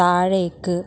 താഴേക്ക്